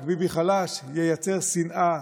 רק ביבי חלש ייצר שנאה,